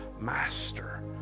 master